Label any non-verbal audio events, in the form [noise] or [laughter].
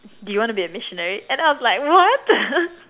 do you want be a missionary and I was like what [laughs]